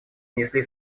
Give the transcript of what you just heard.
внесли